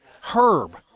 Herb